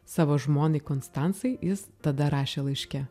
savo žmonai konstancai jis tada rašė laiške